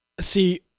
see